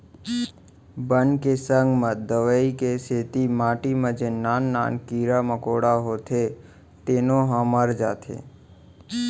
बन के संग म दवई के सेती माटी म जेन नान नान कीरा मकोड़ा होथे तेनो ह मर जाथें